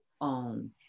own